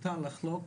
מותר לחלוק.